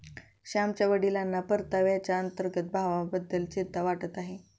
श्यामच्या वडिलांना परताव्याच्या अंतर्गत भावाबद्दल चिंता वाटत आहे